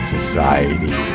Society